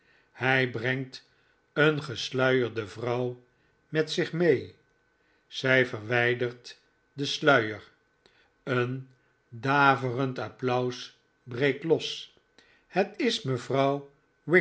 hij brengt een gesluierde vrouw met zich mee zij verwijdert den sluier een daverend applaus breekt los het is mevrouw